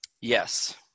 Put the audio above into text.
Yes